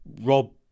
rob